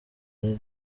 yari